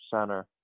center